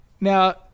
Now